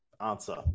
answer